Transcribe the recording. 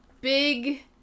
big